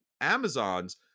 Amazon's